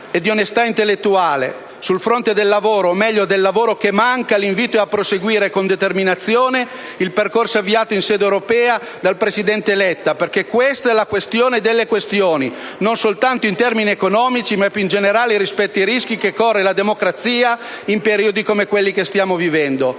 e di onestà intellettuale. Sul fronte del lavoro, o meglio del lavoro che manca, l'invito è a proseguire con determinazione il percorso avviato in sede europea dal presidente Letta; questa è la questione delle questioni non soltanto in termini economici, ma più in generale rispetto ai rischi che corre la democrazia in periodi come quelli che stiamo vivendo.